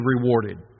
rewarded